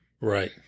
Right